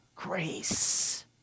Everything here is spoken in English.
grace